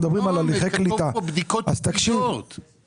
לא, כתוב פה בדיקות --- שנייה.